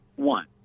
One